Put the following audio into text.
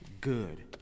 Good